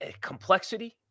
complexity